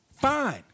fine